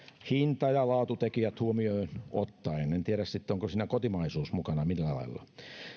hinta ja laatutekijät huomioon ottaen en en tiedä sitten onko siinä kotimaisuus mukana millään lailla